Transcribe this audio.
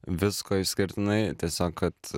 visko išskirtinai tiesiog kad